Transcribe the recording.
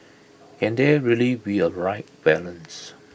can there really be A right balance